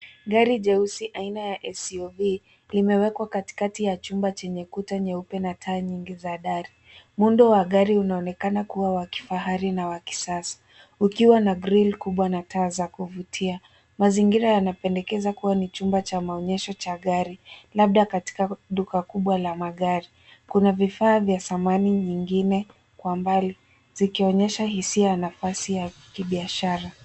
Gari jeusi aina ya s u v imewekwa katikati ya chumba chenye kuta nyeupe na taa nyingi za ndani. Muundo wa gari unaonekana kuwa wakifahari na wa kisasa ukiwa na grili kubwa na taa za kuvutia. Mazingira yanapendekeza kuwa ni chumba cha maonyesho cha gari labda katika duka kubwa la magari. Kuna vifaa vya samani nyingine kwa mbali zikionyesha hisia ya nafasi ya kibiashara.